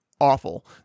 awful